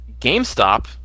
GameStop